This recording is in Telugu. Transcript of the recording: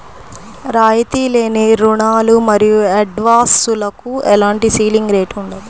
రాయితీ లేని రుణాలు మరియు అడ్వాన్సులకు ఎలాంటి సీలింగ్ రేటు ఉండదు